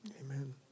Amen